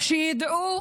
שידעו